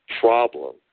problem